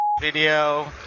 Video